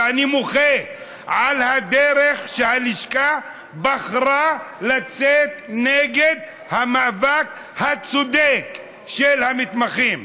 ואני מוחה על הדרך שהלשכה בחרה לצאת נגד המאבק הצודק של המתמחים.